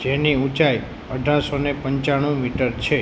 જેની ઊંચાઈ અઢાર સો અને પંચાણુ મીટર છે